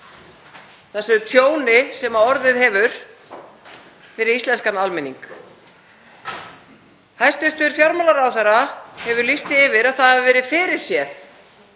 þessu tjóni sem orðið hefur fyrir íslenskan almenning. Hæstv. fjármálaráðherra hefur lýst því yfir að það hafi verið fyrirséð